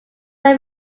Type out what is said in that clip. then